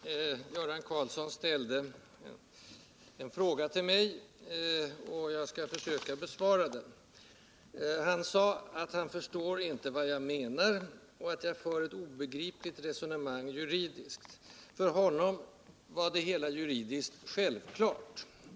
Herr talman! Göran Karlsson ställde en fråga till mig, och jag skall försöka besvara den. Han sade att han inte förstår vad jag menar och att jag för ett juridiskt obegripligt resonemang. För honom var det hela juridiskt självklart.